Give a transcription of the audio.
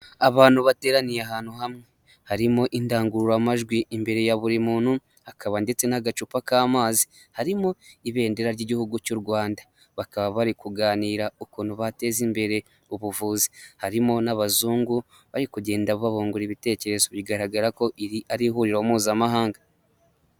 Abantu bateraniye ahantu hamwe, harimo indangururamajwi imbere ya buri muntu, hakaba ndetse n'agacupa k'amazi, harimo ibendera ry'igihugu cy'u Rwanda, bakaba bari kuganira ukuntu bateza imbere ubuvuzi, harimo n'abazungu bari kugenda babungura ibitekerezo bigaragara ko iri ari ihuriro mpuzamahanga.